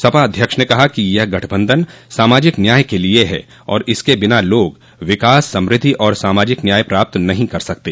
सपा अध्यक्ष ने कहा कि यह गठबंधन सामाजिक न्याय के लिए है और इसके बिना लोग विकास समृद्धि और सामाजिक न्याय पाप्त नहीं कर सकते